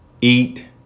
eat